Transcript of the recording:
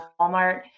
Walmart